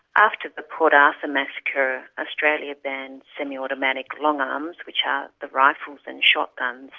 after the port arthur massacre australia banned semi-automatic long arms, which are the rifles and shotguns.